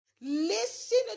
listen